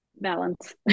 Balance